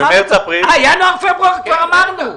אה, ינואר פברואר כבר אמרנו.